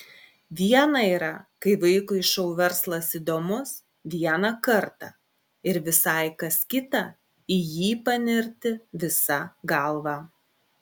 viena yra kai vaikui šou verslas įdomus vieną kartą ir visai kas kita į jį panirti visa galva